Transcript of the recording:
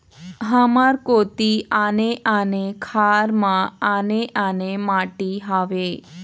हमर कोती आने आने खार म आने आने माटी हावे?